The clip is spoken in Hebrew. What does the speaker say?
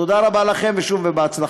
תודה רבה לכם, ושוב בהצלחה.